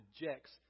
rejects